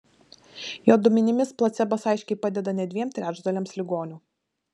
jo duomenimis placebas aiškiai padeda net dviem trečdaliams ligonių